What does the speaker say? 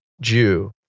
Jew